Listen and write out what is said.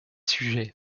sujets